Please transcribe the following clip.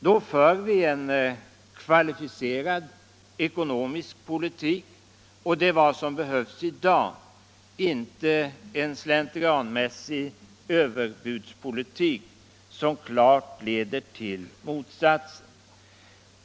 Då för vi en kvalificerad ekonomisk politik, och det är detta som behövs i dag — inte en slentrianmässig överbudspolitik, som klart leder till motsatsen.